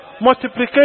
Multiplication